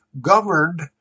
governed